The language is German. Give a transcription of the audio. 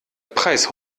preis